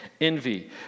envy